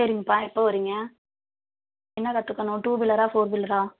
சரிங்கப்பா எப்போ வர்றீங்க என்ன கற்றுக்கணும் டூ வீலரா ஃபோர் வீலரா